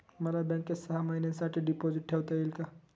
मला बँकेत सहा महिन्यांसाठी डिपॉझिट ठेवता येईल का?